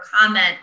comment